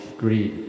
greed